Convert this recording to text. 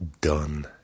done